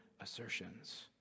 assertions